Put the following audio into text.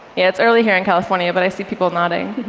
it's early here in california, but i see people nodding.